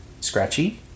scratchy